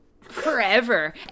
Forever